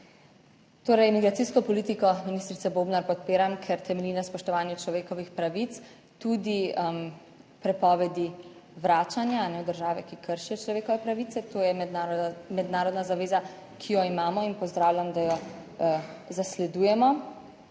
Torej, migracijsko politiko ministrice Bobnar podpiram, ker temelji na spoštovanju človekovih pravic tudi prepovedi vračanja države, ki kršijo človekove pravice. To je mednarodna zaveza, ki jo imamo in pozdravljam, da jo zasledujemo,